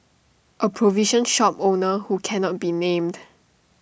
A provision shop owner who cannot be named